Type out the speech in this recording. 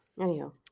anyhow